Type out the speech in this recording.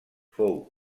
fou